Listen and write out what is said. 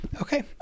Okay